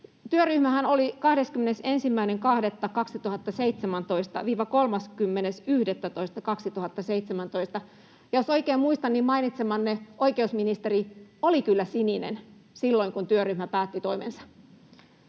Työryhmähän oli 21.2.2017—30.11.2017. Jos oikein muistan, niin mainitsemanne oikeusministeri oli kyllä sininen silloin, kun työryhmä päätti toimensa.